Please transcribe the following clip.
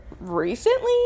recently